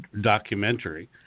documentary